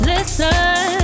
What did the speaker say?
Listen